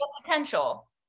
potential